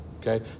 Okay